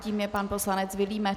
Tím je pan poslanec Vilímec.